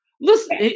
Listen